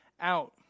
out